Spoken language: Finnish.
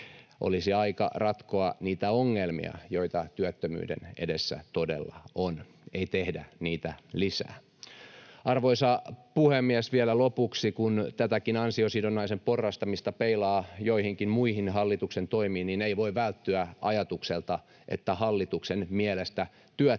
Olisi aika ratkoa niitä ongelmia, joita työttömyyden edessä todella on, ei tehdä niitä lisää. Arvoisa puhemies! Vielä lopuksi: kun tätäkin ansiosidonnaisen porrastamista peilaa joihinkin muihin hallituksen toimiin, niin ei voi välttyä ajatukselta, että hallituksen mielestä työttömällä